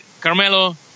Carmelo